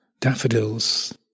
daffodils